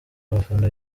abafana